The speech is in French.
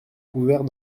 couvert